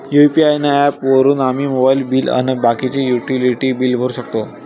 UPI app वापरून आम्ही mobile bill अन बाकीचे युटिलिटी बिल भरू शकतो